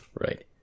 Right